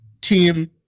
team